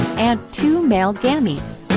and two male gametes.